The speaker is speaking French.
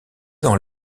dans